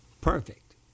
Perfect